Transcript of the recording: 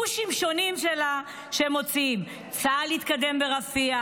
פושים שונים שהם מוציאים: צה"ל התקדם ברפיח,